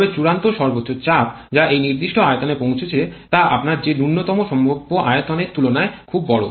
তবে চূড়ান্ত সর্বোচ্চ চাপ যা এই নির্দিষ্ট আয়তনে পৌঁছেছে যা আপনার যে ন্যূনতম সম্ভাব্য আয়তনের তুলনায় খুব বড়